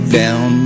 down